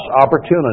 opportunity